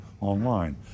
online